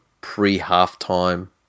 pre-half-time